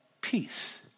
peace